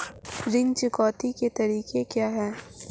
ऋण चुकौती के तरीके क्या हैं?